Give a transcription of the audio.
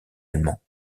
allemands